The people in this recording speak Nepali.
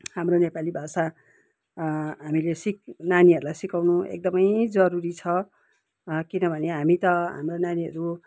हाम्रो नेपाली भाषा हामीले सी नानीहरूलाई सिकाउनु एकदमै जरुरी छ किनभने हामी त हाम्रा नानीहरू